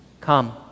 Come